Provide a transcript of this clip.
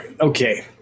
Okay